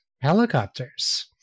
helicopters